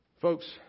Folks